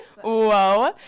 Whoa